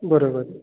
बरोबर